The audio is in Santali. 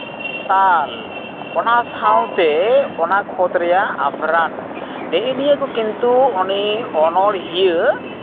ᱛᱟᱞ ᱚᱱᱟ ᱥᱟᱶᱛᱮ ᱚᱱᱟ ᱠᱷᱚᱛ ᱨᱮᱭᱟᱜ ᱟᱵᱷᱨᱟᱱ ᱱᱮᱜ ᱮ ᱱᱤᱭᱟᱹ ᱠᱚ ᱠᱤᱱᱛᱩ ᱩᱱᱤ ᱚᱱᱚᱲᱦᱤᱭᱟᱹ